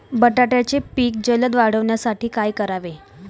बटाट्याचे पीक जलद वाढवण्यासाठी काय करावे?